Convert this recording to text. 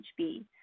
HB